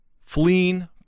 fleeing